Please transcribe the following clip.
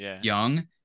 young